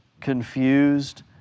confused